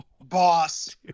Boss